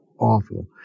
Awful